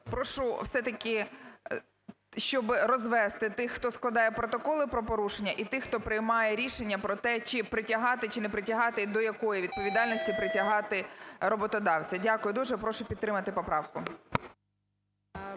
щоби розвести тих, хто складає протоколи про порушення і тих, хто приймає рішення про те чи притягати, чи не притягати, і до якої відповідальності притягати роботодавця. Дякую дуже. Прошу підтримати поправку.